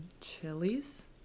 chilies